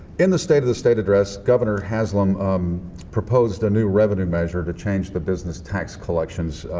in the state of the state address, governor haslam um proposed a new revenue measure to change the business tax collections.